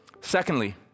Secondly